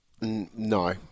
No